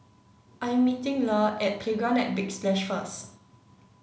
I'm meeting Le at Playground at Big Splash first